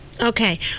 Okay